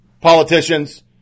Politicians